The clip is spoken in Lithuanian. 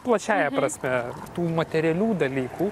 plačiąja prasme tų materialių dalykų